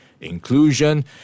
inclusion